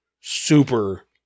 super